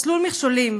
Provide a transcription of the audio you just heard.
מסלול מכשולים,